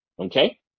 Okay